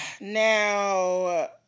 Now